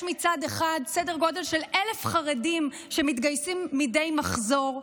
מצד אחד יש סדר גודל של 1,000 חרדים שמתגייסים מדי מחזור,